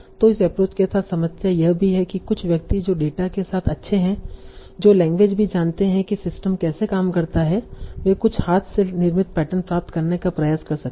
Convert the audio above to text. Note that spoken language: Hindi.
और इस एप्रोच के साथ समस्या यह भी है कि कुछ व्यक्ति जो डेटा के साथ अच्छे हैं जो लैंग्वेज भी जानते हैं कि सिस्टम कैसे काम करता है वे कुछ हाथ से निर्मित पैटर्न प्राप्त करने का प्रयास कर सकते हैं